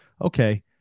okay